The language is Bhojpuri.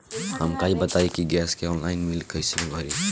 हमका ई बताई कि गैस के ऑनलाइन बिल कइसे भरी?